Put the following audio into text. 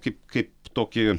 kaip kaip tokį